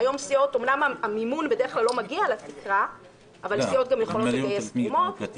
אמנם המימון בדרך כלל לא מגיע לתקרה אבל סיעות גם יכולות לגייס תרומות.